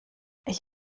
ich